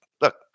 look